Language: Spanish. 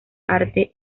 arte